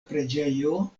preĝejo